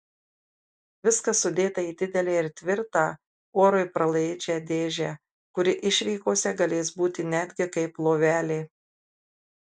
viskas sudėta į didelę ir tvirtą orui pralaidžią dėžę kuri išvykose galės būti netgi kaip lovelė